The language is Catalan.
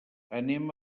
anem